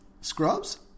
Scrubs